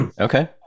okay